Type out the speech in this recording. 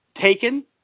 taken